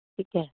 ਠੀਕ ਹੈ